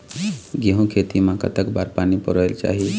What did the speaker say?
गेहूं के खेती मा कतक बार पानी परोए चाही?